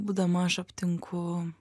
būdama aš aptinku